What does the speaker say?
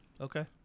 Okay